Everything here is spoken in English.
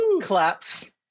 claps